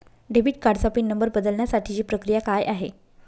Debit कार्डचा pin number बदलण्यासाठीची प्रक्रिया काय आहे?